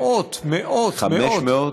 מאות, מאות, מאות.